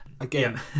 Again